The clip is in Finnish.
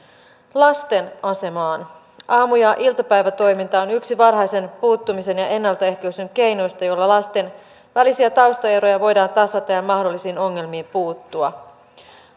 lasten asemaan aamu ja iltapäivätoiminta on yksi varhaisen puuttumisen ja ennaltaehkäisyn keinoista joilla lasten välisiä taustaeroja voidaan tasata ja mahdollisiin ongelmiin puuttua